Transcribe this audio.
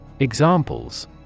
Examples